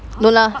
no lah